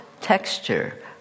texture